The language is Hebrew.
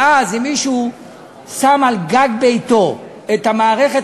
ואז אם מישהו שם על גג ביתו את המערכת